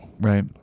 Right